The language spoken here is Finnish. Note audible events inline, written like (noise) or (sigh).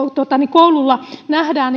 opilla koulutuksella nähdään (unintelligible)